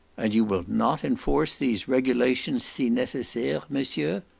and you will not enforce these regulations si necessaires, monsieur?